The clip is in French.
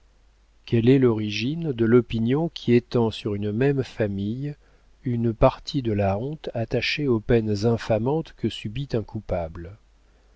quelle est l'origine de l'opinion qui étend sur une même famille une partie de la honte attachée aux peines infamantes que subit un coupable